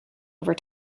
over